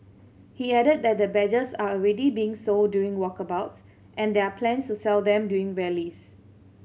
he added that the badges are already being sold during walkabouts and there are plans to sell them during rallies